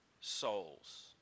souls